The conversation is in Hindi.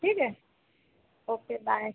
ठीक है ओके बाय